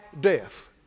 death